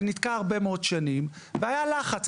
זה נתקע הרבה מאוד שנים, והיה לחץ.